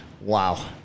Wow